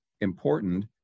important